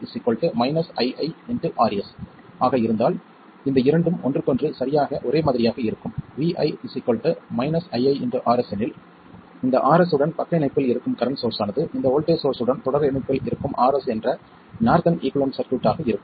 Vi iiRs ஆக இருந்தால் இந்த இரண்டும் ஒன்றுக்கொன்று சரியாக ஒரே மாதிரியாக இருக்கும் Vi iiRs எனில் இந்த Rs உடன் பக்க இணைப்பில் இருக்கும் கரண்ட் சோர்ஸ் ஆனது இந்த வோல்ட்டேஜ் சோர்ஸ் உடன் தொடர் இணைப்பில் இருக்கும் Rs என்ற நார்த்தன் ஈகுவலன்ட் ஆக இருக்கும்